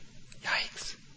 Yikes